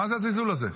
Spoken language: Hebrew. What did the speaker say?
מה זה הזלזול הזה?